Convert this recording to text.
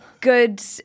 good